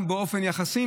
גם באופן יחסי,